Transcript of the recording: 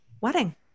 wedding